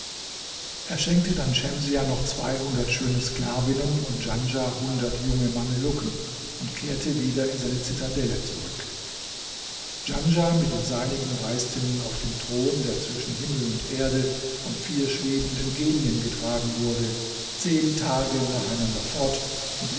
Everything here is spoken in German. er schenkte dann schemsiah noch zweihundert schöne sklavinnen und djanschah hundert junge mamelucken und kehrte wieder in seine zitadelle zurück djanschah mit den seinigen reiste nun auf dem thron der zwischen himmel und erde von vier schwebenden genien getragen wurde zehn tag nacheinander fort